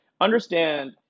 understand